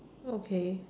okay